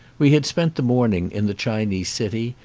we had spent the morning in the chi nese city,